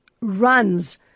runs